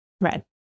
red